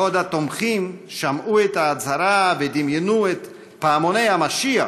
בעוד התומכים שמעו את ההצהרה ודמיינו את פעמי המשיח,